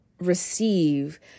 receive